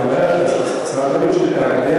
את אומרת, שרת הבריאות, שעובדי